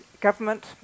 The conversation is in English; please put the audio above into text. government